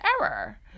error